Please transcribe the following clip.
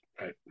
Right